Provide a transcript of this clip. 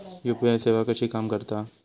UPI सेवा कशी काम करता?